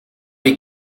les